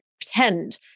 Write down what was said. pretend